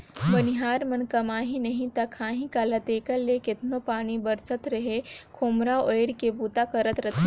बनिहार मन कमाही नही ता खाही काला तेकर ले केतनो पानी बरसत रहें खोम्हरा ओएढ़ के बूता करत रहथे